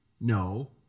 no